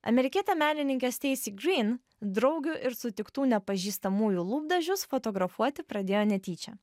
amerikietė menininkė steisi gryn draugių ir sutiktų nepažįstamųjų lūpdažius fotografuoti pradėjo netyčia